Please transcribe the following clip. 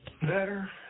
Better